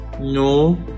no